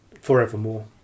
Forevermore